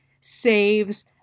saves